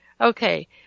Okay